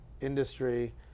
industry